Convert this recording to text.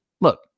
Look